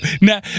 Now